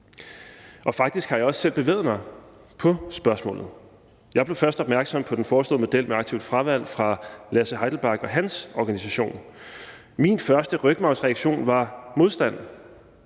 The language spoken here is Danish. Og faktisk har jeg også selv bevæget mig i spørgsmålet. Jeg blev først opmærksom på den foreslåede model med aktivt fravalg fra Lasse Heidelbach og hans organisation. Min første rygmarvsreaktion var modstand,